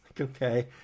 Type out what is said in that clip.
Okay